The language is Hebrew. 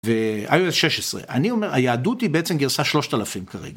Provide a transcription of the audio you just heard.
והיו אז 16. אני אומר, היהדות היא בעצם גרסה 3,000 כרגע.